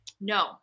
No